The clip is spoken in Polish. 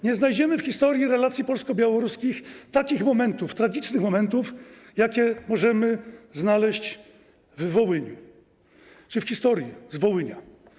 Nie znajdziemy w historii relacji polsko-białoruskich takich momentów, tragicznych momentów, jakie możemy znaleźć na Wołyniu czy w historii Wołynia.